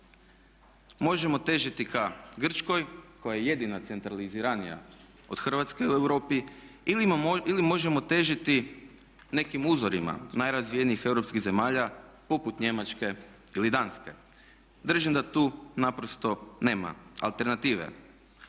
Možemo težiti ka Grčkoj koja je jedina centraliziranija od Hrvatske u Europi ili možemo težiti nekim uzorima najrazvijenijih europskih zemalja poput Njemačke ili Danske. Držim da tu naprosto nema alternative.